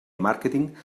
màrqueting